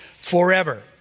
forever